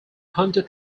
hunter